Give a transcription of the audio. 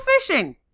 fishing